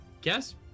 guess